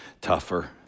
tougher